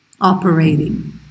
operating